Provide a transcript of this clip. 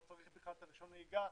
פה צריך בכלל את רישיון הנהיגה,